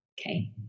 Okay